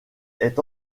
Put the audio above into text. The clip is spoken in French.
est